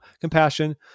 compassion